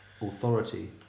authority